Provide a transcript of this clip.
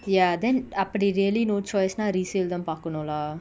ya then அப்டி:apdi really no choice னா:naa resale தா பாக்கனு:tha paakanu lah